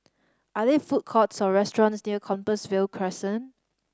are there food courts or restaurants near Compassvale Crescent